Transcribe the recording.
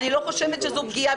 אני לא חושבת שזו פגיעה.